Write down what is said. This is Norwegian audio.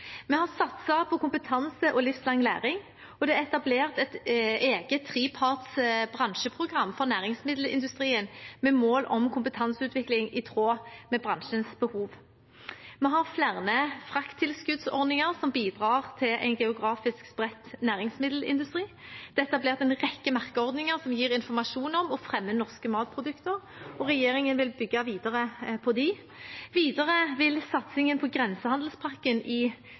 Vi har satset på kompetanse og livslang læring, og det er etablert et eget treparts bransjeprogram for næringsmiddelindustrien med mål om kompetanseutvikling i tråd med bransjens behov. Vi har flere frakttilskuddsordninger som bidrar til en geografisk spredt næringsmiddelindustri, det er etablert en rekke merkeordninger som gir informasjon om og fremmer norske matprodukter, og regjeringen vil bygge videre på dem. Videre vil satsingen på grensehandelspakken i